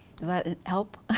does that help? ah